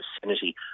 vicinity